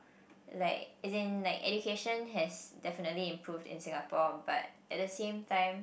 like as in like education has definitely improve in Singapore but at the same time